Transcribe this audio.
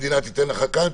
המדינה תיתן לך כאן,